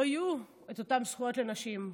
לא יהיו אותן זכויות לנשים,